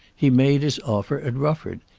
he made his offer at rufford.